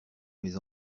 mes